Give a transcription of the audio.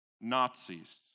Nazis